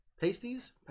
Pasties